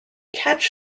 catch